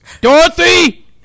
Dorothy